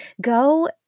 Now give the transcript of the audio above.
Go